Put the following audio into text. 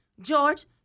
George